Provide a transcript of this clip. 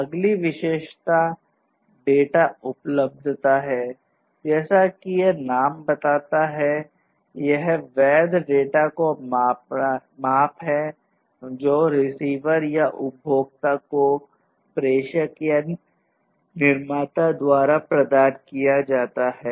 अगली विशेषता डेटा उपलब्धता है जैसा कि यह नाम बताता है यह वैद्य डाटा का माप है जो रिसीवर या उपभोक्ता को प्रेषक या निर्माता द्वारा प्रदान किया जाता है